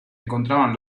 encontraban